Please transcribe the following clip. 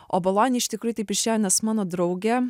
o bolonija iš tikrųjų taip išėjo nes mano draugė